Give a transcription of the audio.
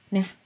Nah